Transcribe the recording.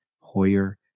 Hoyer